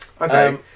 Okay